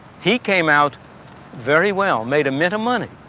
he came out very well, made a mint of money.